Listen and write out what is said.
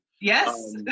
Yes